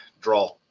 draw